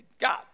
God